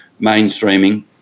mainstreaming